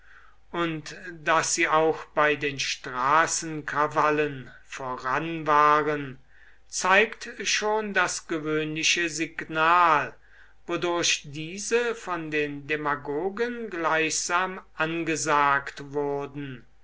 und daß sie auch bei den straßenkrawallen voran waren zeigt schon das gewöhnliche signal wodurch diese von den demagogen gleichsam angesagt wurden